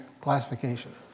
classification